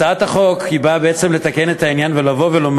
הצעת החוק באה בעצם לתקן את העניין ולומר